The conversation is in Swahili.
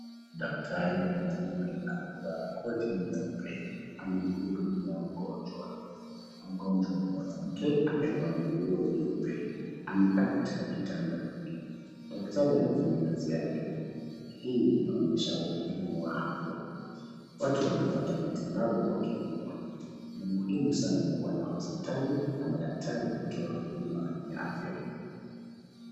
Daktari mwanaume amevaa koti nyeupe anamhudumia mgonjwa. Mgonjwa ni mwanamke amevaa nguo nyeupe. Amekaa katika kitanda. Daktari anafanya kazi yake, hii inaonyesha umuhimu wa afya. Watu wanapata matibabu wakiumwa. Ni muhimu sana kuwa na hospitali na madaktari hutoa huduma ya afya.